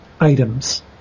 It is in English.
items